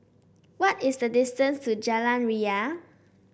what is the distance to Jalan Ria